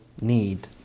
need